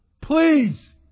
please